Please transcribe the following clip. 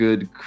good